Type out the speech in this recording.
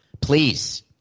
please